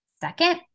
Second